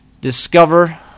Discover